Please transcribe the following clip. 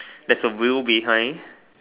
there's a wheel behind